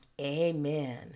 Amen